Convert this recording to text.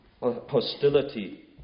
hostility